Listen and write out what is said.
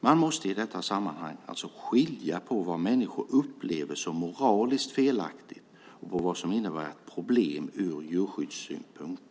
Man måste i detta sammanhang skilja på vad människor upplever som moraliskt felaktigt och vad som innebär problem ur djurskyddssynpunkt.